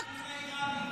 הכור האיראני.